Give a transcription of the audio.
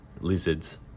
lizards